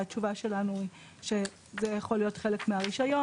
התשובה שלנו היא שזה יכול להיות כבר חלק מהרישיון.